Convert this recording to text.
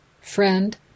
friend